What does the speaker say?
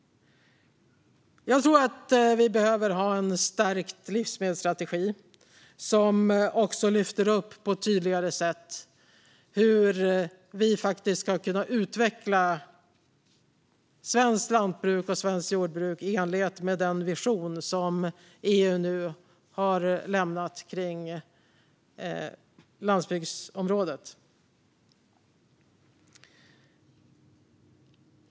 Jag tror att vi behöver en stärkt livsmedelsstrategi som på ett tydligare sätt tar upp hur vi ska kunna utveckla svenskt lantbruk och svenskt jordbruk i enlighet med den vision som EU nu har lagt fram för landsbygdsområdet. Herr ålderspresident!